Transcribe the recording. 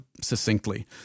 succinctly